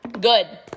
Good